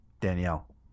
Danielle